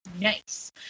Nice